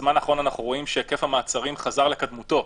בזמן האחרון אנחנו רואים שהיקף המעצרים חזר לקדמותו.